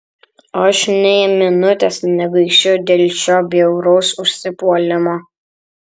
aš nė minutės negaišiu dėl šio bjauraus užsipuolimo